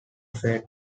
fate